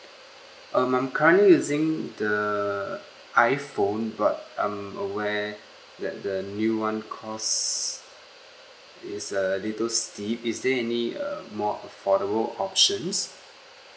um I'm currently using the iphone but I'm aware that the new one cost is a little steep is there any uh more affordable options